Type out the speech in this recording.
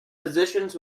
positions